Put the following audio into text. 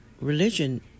religion